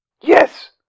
Yes